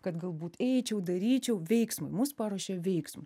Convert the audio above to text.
kad galbūt eičiau daryčiau veiksmą mus paruošia veiksmui